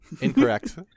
Incorrect